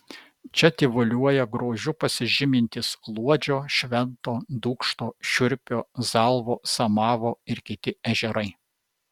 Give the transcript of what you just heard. čia tyvuliuoja grožiu pasižymintys luodžio švento dūkšto šiurpio zalvo samavo ir kiti ežerai